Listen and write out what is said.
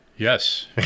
Yes